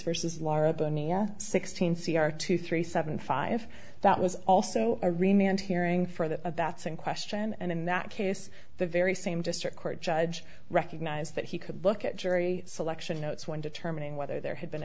versus sixteen c r two three seven five that was also a remained hearing for that that's in question and in that case the very same district court judge recognize that he could look at jury selection notes when determining whether there had been